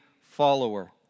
follower